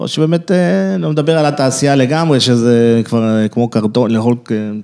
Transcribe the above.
אני חושב שבאמת לא מדבר על התעשייה לגמרי, שזה כבר כמו קרטון, לאכול...